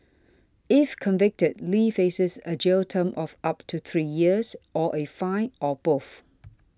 if convicted Lee faces a jail term of up to three years or a fine or both